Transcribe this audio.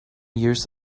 years